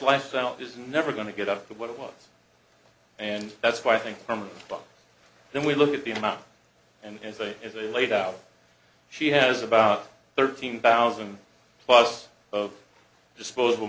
lifestyle is never going to get up to what it was and that's why i think from then we look at the amount and i think if they laid out she has about thirteen thousand plus of disposable